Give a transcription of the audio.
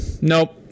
nope